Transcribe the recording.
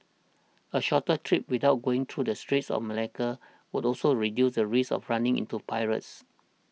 a shorter trip without going through the Straits of Malacca would also reduce the risk of running into pirates